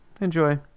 Enjoy